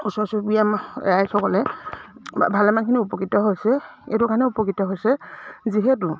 ওচৰ চুবুৰীয়া ৰাইজসকলে বা ভালেমানখিনি উপকৃত হৈছে এইটো কাৰণে উপকৃত হৈছে যিহেতু